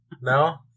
No